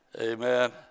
Amen